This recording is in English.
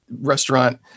restaurant